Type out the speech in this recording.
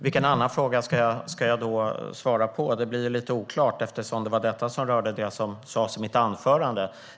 Vilken annan fråga ska jag svara på? Det blir lite oklart eftersom det var detta som rörde vad jag sa i mitt anförande.